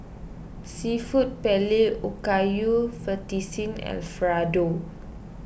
Seafood Paella Okayu Fettuccine Alfredo